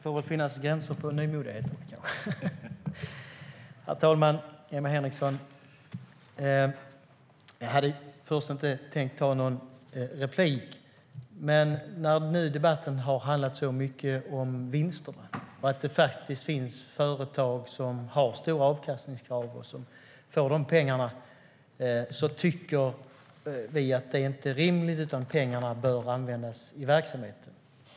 Herr talman! Jag hade först inte tänkt att ta någon replik, Emma Henriksson. Debatten har nu handlat mycket om vinsterna och att det finns företag som har stora avkastningskrav och får de pengarna. Vi tycker inte att det är rimligt, utan pengarna bör användas i verksamheten.